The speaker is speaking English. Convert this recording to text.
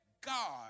God